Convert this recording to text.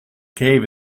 cave